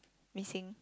missing